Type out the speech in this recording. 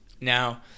Now